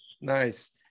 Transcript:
Nice